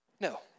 No